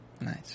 Nice